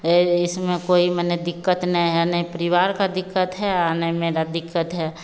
इसमें कोई माने दिक्कत नहीं है ना परिवार को दिक्कत है ना ही मेरी दिक्कत है